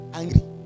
angry